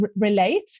relate